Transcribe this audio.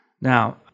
Now